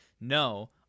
no